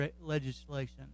legislation